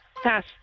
Pass